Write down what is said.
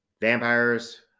vampires